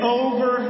over